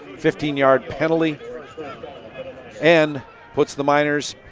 fifteen yard penalty and puts the miners